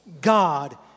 God